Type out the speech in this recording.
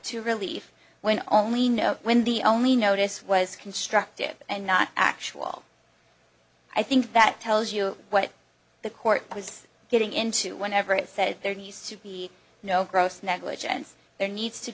to relief when i only know when the only notice was constructive and not actual i think that tells you what the court was getting into whenever it said there needs to be no gross negligence there needs to